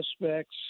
suspects